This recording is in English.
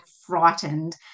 frightened